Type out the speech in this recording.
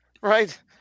right